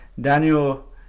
Daniel